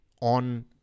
on